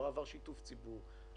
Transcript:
לא עבר שיתוף ציבורי.